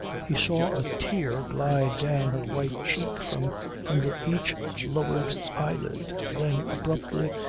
he saw a tear glide down her white cheek from under each lowered eyelid. then, abruptly,